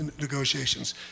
negotiations